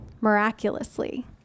miraculously